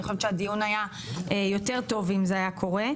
אני חושבת שהדיון היה יותר טוב אם זה היה קורה.